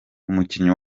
umukinnyi